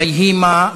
ויהי מה,